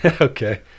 Okay